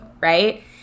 right